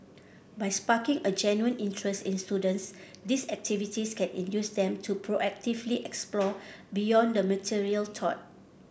by sparking a genuine interest in students these activities can induce them to proactively explore beyond the material taught